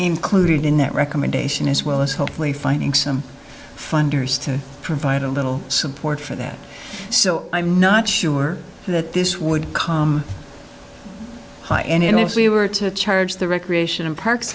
included in that recommendation as well as hopefully finding some funders to provide a little support for that so i'm not sure that this would come high end if we were to charge the recreation and parks